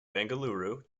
bengaluru